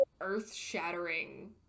earth-shattering